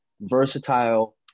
versatile